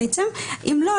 אם לא,